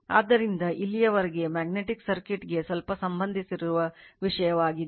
ಆದ್ದರಿಂದ ಇಲ್ಲಿಯವರೆಗೆ magnetic circuit ಗೆ ಸ್ವಲ್ಪ ಸಂಬಂಧಿಸಿರುವ ವಿಷಯವಾಗಿದೆ